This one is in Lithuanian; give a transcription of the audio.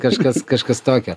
kažkas kažkas tokio